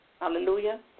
Hallelujah